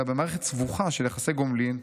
אלא במערכת סבוכה של יחסי גומלין,